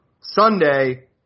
Sunday